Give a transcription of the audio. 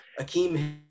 Akeem